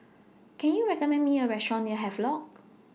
Can YOU recommend Me A Restaurant near Havelock